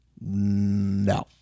No